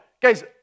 guys